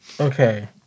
Okay